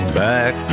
back